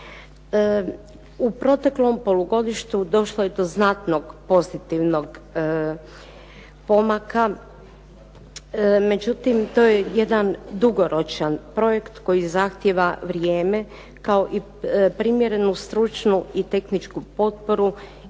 U proteklom polugodištu došlo je do znatnog pozitivnog pomaka međutim to je jedan dugoročan projekt koji zahtijeva vrijeme kao i primjerenu stručnu i tehničku potporu